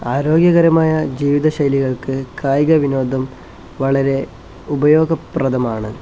ആരോഗ്യകരമായ ജീവിതശൈലികൾക്ക് കായിക വിനോദം വളരെ ഉപയോഗപ്രദമാണ്